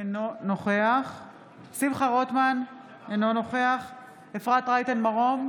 אינו נוכח שמחה רוטמן, אינו נוכח אפרת רייטן מרום,